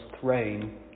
throne